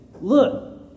Look